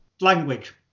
language